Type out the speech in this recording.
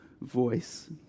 voice